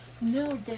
no